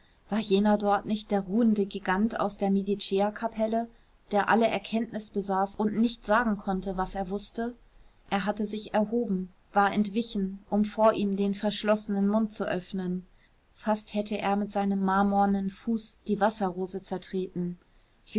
war jener dort nicht der ruhende gigant aus der mediceerkapelle der alle erkenntnis besaß und nicht sagen konnte was er wußte er hatte sich erhoben war entwichen um vor ihm den verschlossenen mund zu öffnen fast hätte er mit seinem marmornen fuß die wasserrose zertreten